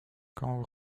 quand